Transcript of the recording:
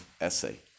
essay